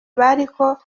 bariko